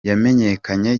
yamenyekanye